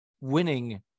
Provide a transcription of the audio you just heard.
winning